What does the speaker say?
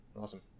awesome